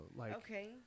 Okay